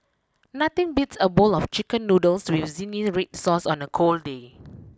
nothing beats a bowl of chicken noodles with zingy red sauce on a cold day